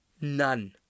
None